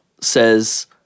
says